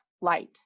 light